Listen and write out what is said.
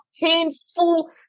painful